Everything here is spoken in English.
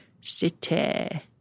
City